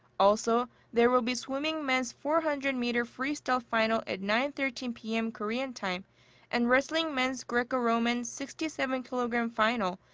also there will be swimming men's four hundred meter freestyle final at nine thirteen p m. korean time and wrestling men's greco-roman sixty seven kg um final,